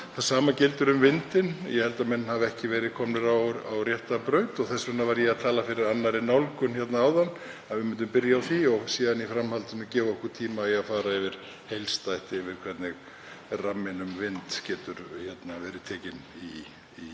Það sama gildir um vindinn. Ég held að menn hafi ekki verið komnir á rétta braut og þess vegna var ég að tala fyrir annarri nálgun áðan, að við myndum byrja á því og síðan í framhaldinu gefa okkur tíma í að fara heildstætt yfir hvernig ramminn um vind getur verið tekinn í